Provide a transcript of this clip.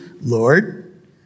Lord